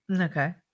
Okay